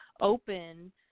open